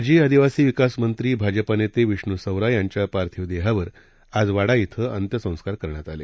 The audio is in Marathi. माजी आदिवासी विकास मंत्री भाजपा नेते विष्णू सवरा यांच्या पार्थिव देहावर आज वाडा श्वे अंत्यसंस्कार करण्यात आले